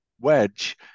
wedge